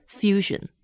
fusion